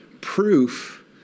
proof